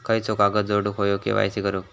खयचो कागद जोडुक होयो के.वाय.सी करूक?